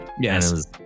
Yes